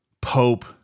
Pope